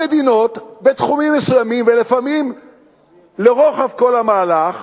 המדינות, בתחומים מסוימים ולפעמים לרוחב כל המהלך,